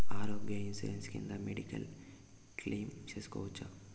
ఆరోగ్య ఇన్సూరెన్సు కింద medical claim సేసుకోవచ్చా?